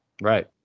Right